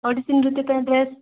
ଅଡ଼ିସନ୍ରେ ପାଇଁ ଡ୍ରେସ୍